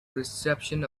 reception